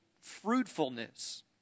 fruitfulness